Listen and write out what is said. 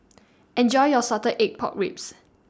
Enjoy your Salted Egg Pork Ribs